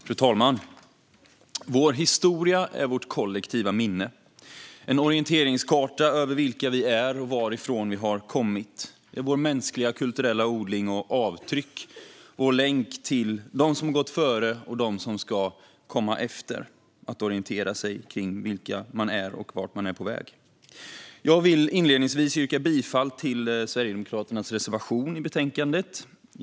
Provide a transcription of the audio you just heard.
Säkerhetsarbetet i de statliga central-museernas samlings-förvaltning Fru talman! Vår historia är vårt kollektiva minne och en orienteringskarta över vilka vi är, varifrån vi har kommit och vart vi är på väg. Det är vår mänskliga kulturella odling och vårt avtryck och vår länk till dem som gått före och dem som ska komma efter. Jag vill inledningsvis yrka bifall till Sverigedemokraternas reservation i betänkandet.